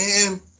man